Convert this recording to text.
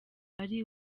ari